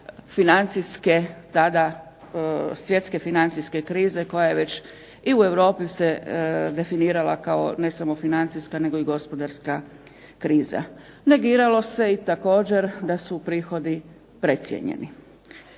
financijske tada, svjetske financijske krize koja je već i u Europi definirala kao ne samo financijska nego i gospodarska kriza. Negiralo se i također da su prihodi precijenjeni.